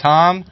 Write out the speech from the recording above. Tom